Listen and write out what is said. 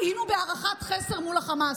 היינו בהערכת חסר מול חמאס.